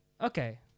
Okay